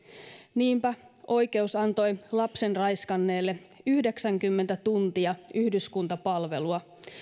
niinpä oikeus antoi lapsen raiskanneelle yhdeksänkymmentä tuntia yhdyskuntapalvelua